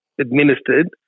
administered